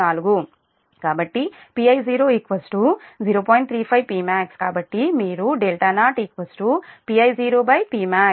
35Pmax కాబట్టి మీరు δ0 δ0 Pi0Pmax అవుతుంది